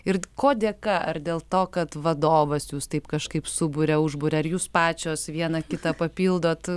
ir ko dėka ar dėl to kad vadovas jus taip kažkaip suburia užburia ar jūs pačios viena kitą papildote